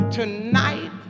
Tonight